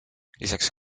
lisaks